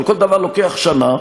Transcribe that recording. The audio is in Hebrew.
אבל כל דבר לוקח שנה,